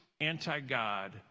anti-god